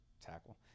tackle